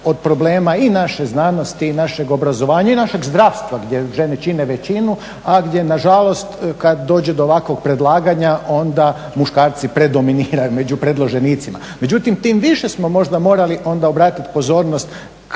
od problema i naše znanosti i našeg obrazovanja i našeg zdravstva gdje žene čine većinu a gdje nažalost kad dođe do ovakvog predlaganja onda muškarci predominiraju među predloženicima. Međutim tim više smo možda morali onda obratiti pozornost